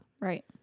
Right